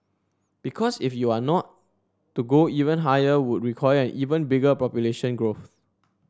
because if you are not to go even higher would require an even bigger population growth